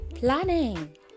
planning